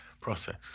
process